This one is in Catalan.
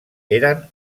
eren